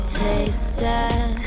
tasted